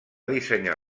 dissenyar